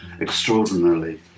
extraordinarily